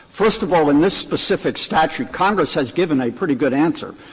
first of all, in this specific statute congress has given a pretty good answer,